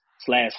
slash